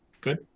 good